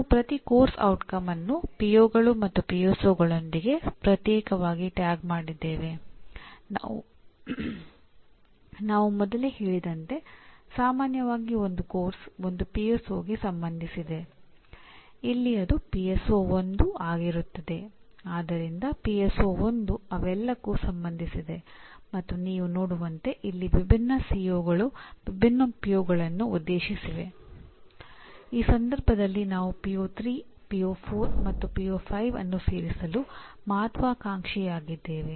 ನಾವು ಪ್ರತಿ ಪಠ್ಯಕ್ರಮದ ಪರಿಣಾಮವನ್ನು ಪಿಒಗಳು ಅನ್ನು ಸೇರಿಸಲು ಮಹತ್ವಾಕಾಂಕ್ಷೆಯಾಗಿದ್ದೇವೆ